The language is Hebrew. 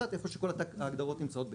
אחרת איפה שכל ההגדרות נמצאות ביחד.